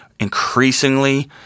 Increasingly